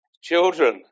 Children